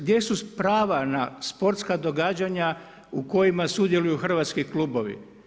Gdje su prava na sportska događanja u kojima sudjeluju hrvatski klubovi?